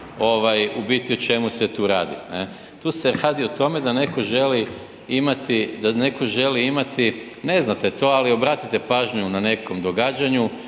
u biti o čemu se tu radi. Tu se radi o tome da netko želi imati, da netko želi imati, ne znate to ali obratite pažnju na nekom događanju,